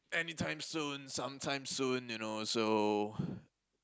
anytime soon some time soon you know so